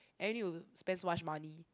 and then you spend so much money